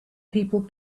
people